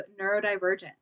neurodivergent